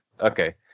Okay